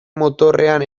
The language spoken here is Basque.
motorrean